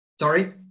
Sorry